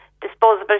disposable